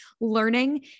learning